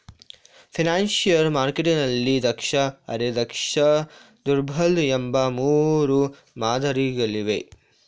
financial ಮಾರ್ಕೆಟ್ನಲ್ಲಿ ದಕ್ಷ, ಅರೆ ದಕ್ಷ, ದುರ್ಬಲ ಎಂಬ ಮೂರು ಮಾದರಿ ಗಳಿವೆ